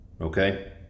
Okay